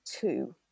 two